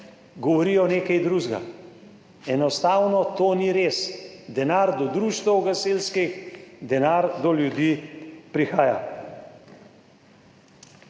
govorijo nekaj drugega. Enostavno to ni res. Denar do društev gasilskih, denar do ljudi prihaja.